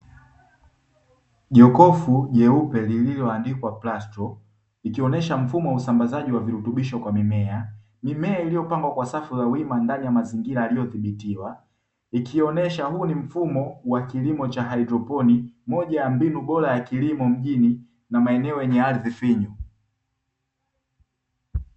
Jokofu jeupe lililoandikwa "Brasto", ikionesha mfumo wa usambazaji wa virutubisho kwa mimea. Mimea iliyopangwa kwa safu za wima ndani ya mazingira yaliyodhibitiwa, ikionesha huu ni mfumo wa kilimo cha haidroponi, moja ya mbinu bora ya kilimo mjini, na maeneo yenye ardhi finyu.